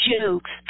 jokes